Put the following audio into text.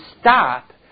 stop